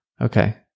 Okay